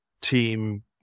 team